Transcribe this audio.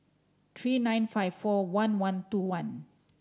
three nine five four one one two one